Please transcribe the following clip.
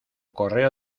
correo